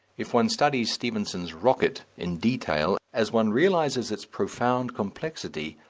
if one studies stephenson's rocket in detail, as one realizes its profound complexity,